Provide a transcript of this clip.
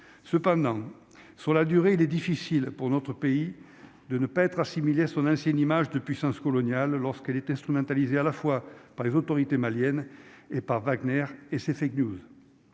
cependant, sur la durée, il est difficile pour notre pays de ne pas être assimilé à son ancienne image de puissance coloniale lorsqu'elle est instrumentalisée, à la fois par les autorités maliennes et par Wagner et ces que News